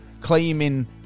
claiming